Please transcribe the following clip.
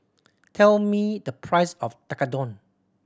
tell me the price of Tekkadon